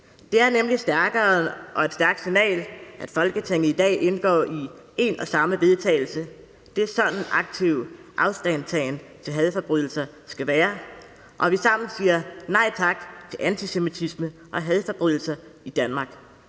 Det er nemlig stærkere og et stærkt signal at sende, at hele Folketinget i dag indgår i et og samme forslag til vedtagelse. Det er sådan, en aktiv afstandtagen fra hadforbrydelser skal være. Her siger vi sammen nej tak til antisemitisme og hadforbrydelser i Danmark.